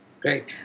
Great